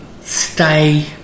stay